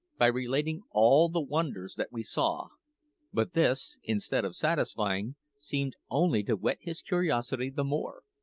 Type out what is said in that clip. by relating all the wonders that we saw but this, instead of satisfying, seemed only to whet his curiosity the more,